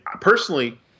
personally